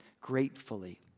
gratefully